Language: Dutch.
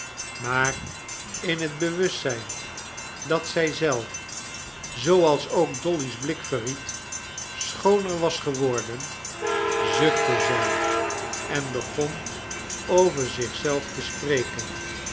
maar in het bewustzijn dat zij zelf zooals ook dolly's blik verried schooner was geworden zuchtte zij en begon over zich zelf te spreken